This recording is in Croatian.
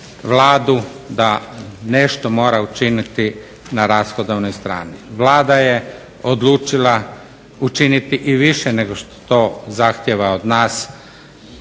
Vladu da nešto mora učiniti na rashodovnoj strani. Vlada je odlučila učiniti i više nego što to zahtjeva od nas